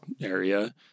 area